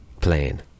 plane